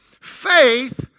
Faith